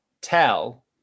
Tell